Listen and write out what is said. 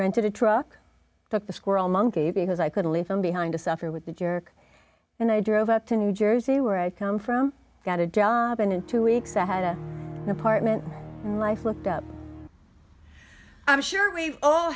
rented a truck took the squirrel monkey because i couldn't leave him behind to suffer with the jerk and i drove up to new jersey where i come from got a job and in two weeks i had a new apartment and life looked up i'm sure we've all